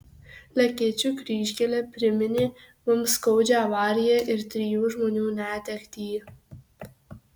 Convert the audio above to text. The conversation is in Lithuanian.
lekėčių kryžkelė priminė mums skaudžią avariją ir trijų žmonių netektį